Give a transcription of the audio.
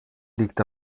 liegt